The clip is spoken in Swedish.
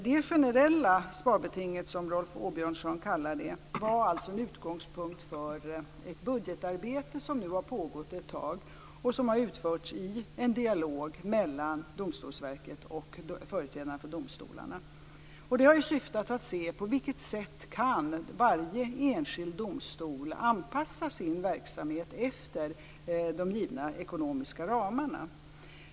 Det generella sparbetinget, som Rolf Åbjörnsson kallar det, var alltså en utgångspunkt för ett budgetarbete som nu har pågått ett tag och som har utförts i en dialog mellan Domstolsverket och företrädarna för domstolarna. Det har syftat till att se på vilket sätt varje enskild domstol kan anpassa sin verksamhet efter de givna ekonomiska ramarna.